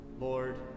Lord